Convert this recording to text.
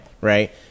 right